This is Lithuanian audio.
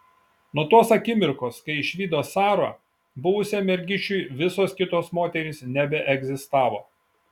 nuo tos akimirkos kai išvydo sarą buvusiam mergišiui visos kitos moterys nebeegzistavo